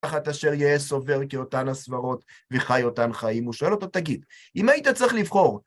אחד אשר יהא סובר כאותן הסברות וחי אותן חיים, הוא שואל אותו, תגיד, אם היית צריך לבחור?